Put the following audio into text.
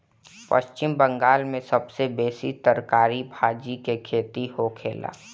पश्चिम बंगाल में सबसे बेसी तरकारी भाजी के खेती होखेला